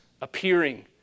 appearing